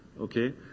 Okay